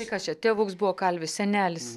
tai kas čia tėvuks buvo kalvis senelis